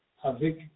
avec